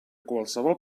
qualsevol